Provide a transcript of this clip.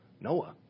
Noah